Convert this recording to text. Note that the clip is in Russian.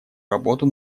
работу